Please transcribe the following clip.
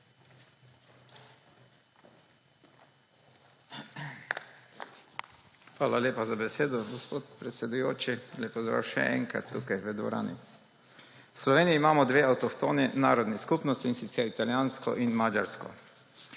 Hvala lepa za besedo, gospod predsedujoči. Lep pozdrav še enkrat tukaj v dvorani! V Sloveniji imamo dve avtohtoni narodni skupnosti, in sicer italijansko in madžarsko.